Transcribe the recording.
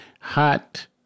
hot